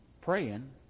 praying